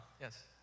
Yes